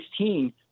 2016